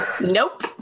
Nope